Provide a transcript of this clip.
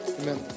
Amen